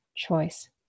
choice